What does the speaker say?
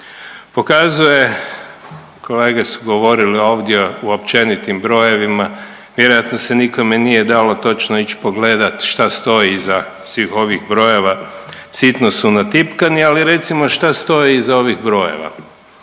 Pokazuje kolege su govorile ovdje o općenitim brojevima, vjerojatno se nikome nije dalo točno ići pogledati šta stoji iza svih ovih brojeva, sitno su natipkani, ali recimo šta stoji iza ovih brojeva.